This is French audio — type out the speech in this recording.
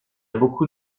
beaucoup